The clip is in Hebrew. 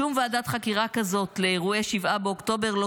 שום ועדת חקירה כזאת לאירועי 7 באוקטובר לא